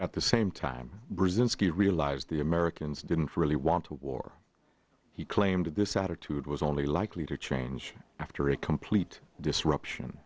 at the same time brzezinski realized the americans didn't really want a war he claimed this attitude was only likely to change after a complete disruption